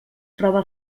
prova